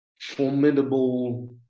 formidable